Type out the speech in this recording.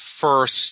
first